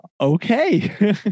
okay